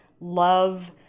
love